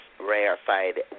rarefied